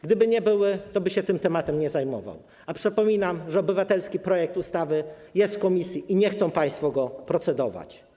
Gdyby tak nie było, toby się tym tematem nie zajmował, a przypominam, że obywatelski projekt ustawy jest w komisji i nie chcą państwo nad nim procedować.